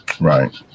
Right